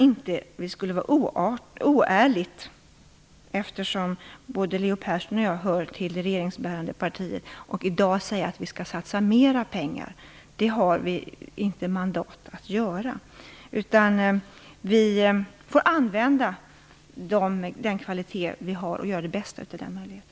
Det skulle vara oärligt av Leo Persson och mig, båda tillhör vi ju det regeringsbärande partiet, att i dag säga att mera pengar skall satsas. Det har vi inte mandat att göra. I stället får vi använda den kvalitet vi har och göra det bästa av den möjligheten.